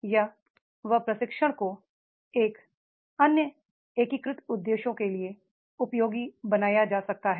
या उस प्रशिक्षण को अन्य एकीकृत उद्देश्यों के लिए उपयोगी बनाया जा सकता है